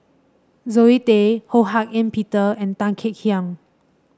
Zoe Tay Ho Hak Ean Peter and Tan Kek Hiang